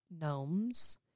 gnomes